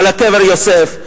על קבר יוסף,